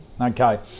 Okay